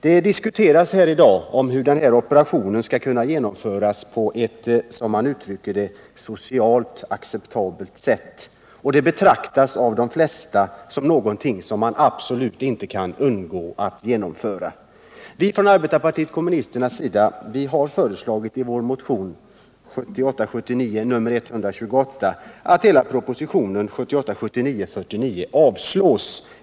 Det har i dag diskuterats hur den här operationen skall kunna genomföras på ett, som man uttrycker det, socialt acceptabelt sätt. Det hela betraktas av de flesta som något som man absolut inte kan undgå att genomföra. Arbetarpartiet kommunisterna har i motionen 1978 79:49 avslås.